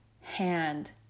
hand